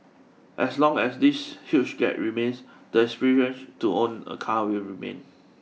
as long as this huge gap remains the to own a car will remain